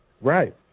Right